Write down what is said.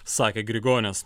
sakė grigonis